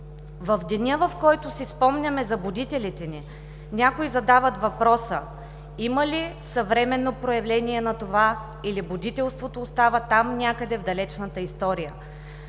В Деня, в който си спомняме за будителите ни, някои задават въпроса: има ли съвременно проявление на това, или будителството остава там някъде, в далечната история,